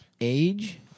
age